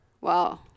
Wow